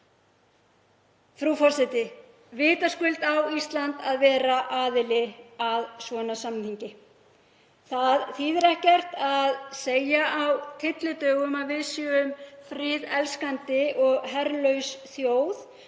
Frú forseti. Vitaskuld á Ísland að vera aðili að slíkum samningi. Það þýðir ekkert að segja á tyllidögum að við séum friðelskandi og herlaus þjóð